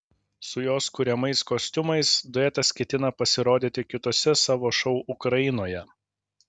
su jos kuriamais kostiumais duetas ketina pasirodyti kituose savo šou ukrainoje